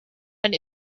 and